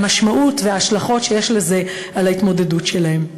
והמשמעות וההשלכות שיש לזה על ההתמודדות שלהן.